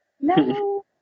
No